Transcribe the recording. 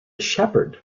shepherd